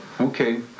Okay